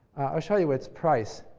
i'll show you its price.